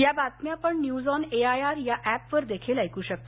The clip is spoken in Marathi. या बातम्या आपण न्यूज ऑन एआयआर ऍपवर देखील ऐक शकता